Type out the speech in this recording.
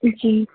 जी